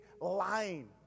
lying